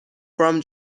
from